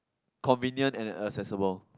convenient and accessible